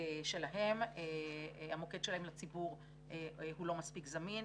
שלהם כאשר המוקד שלהם לציבור הוא לא מספיק זמין.